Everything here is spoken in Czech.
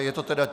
Je to tedy...